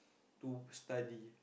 to study